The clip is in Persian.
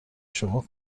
شما